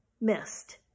missed